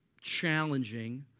challenging